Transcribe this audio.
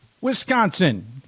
Wisconsin